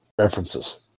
references